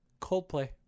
Coldplay